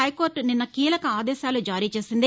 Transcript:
high court నిన్న కీలక ఆదేశాలు జారీ చేసింది